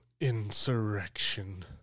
insurrection